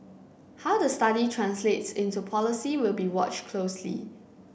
how the study translates into policy will be watch closely